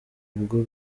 ubwo